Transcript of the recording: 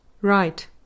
right